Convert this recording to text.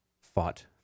fought